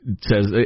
says